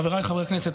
חבריי חברי הכנסת,